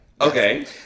Okay